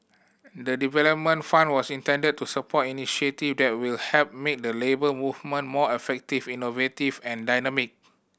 the development fund was intended to support initiative that will help make the Labour Movement more effective innovative and dynamic